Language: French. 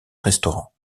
restaurant